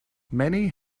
many